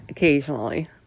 Occasionally